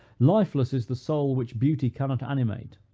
lifeless is the soul which beauty cannot animate,